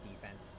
defense